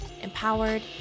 empowered